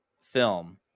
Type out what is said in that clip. film